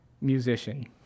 musician